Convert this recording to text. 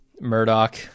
Murdoch